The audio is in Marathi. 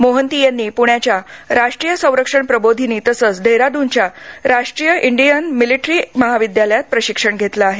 मोहंती यांनी पुण्याच्या राष्ट्रीय संरक्षण प्रबोधिनी तसच देहरादून च्या राष्ट्रीय इंडियन मिलिट्री महाविद्यालयात प्रशिक्षण घेतलं आहे